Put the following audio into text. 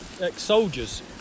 ex-soldiers